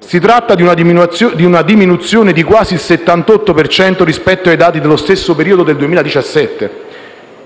Si tratta di una diminuzione di quasi il 78 per cento rispetto ai dati dello stesso periodo del 2017.